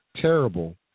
terrible